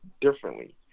differently